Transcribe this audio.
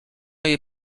jej